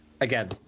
again